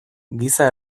giza